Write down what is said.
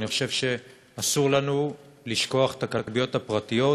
אני חושב שאסור לנו לשכוח את הכלביות הפרטיות,